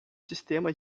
sistema